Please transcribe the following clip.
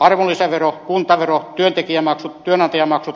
arvonlisävero kuntavero työntekijämaksut työnantajamaksut